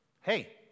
hey